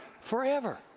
forever